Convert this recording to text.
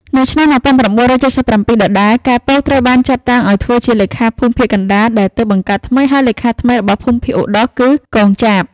នៅឆ្នាំ១៩៧៧ ដដែល កែ ពក ត្រូវបានចាត់តាំងឱ្យធ្វើជាលេខាភូមិភាគកណ្តាលដែលទើបបង្កើតថ្មី ហើយលេខាថ្មីរបស់ភូមិភាគឧត្តរគឺ កង ចាប។